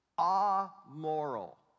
Amoral